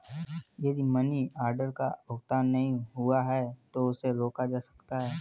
यदि money order का भुगतान नहीं हुआ है तो उसे रोका जा सकता है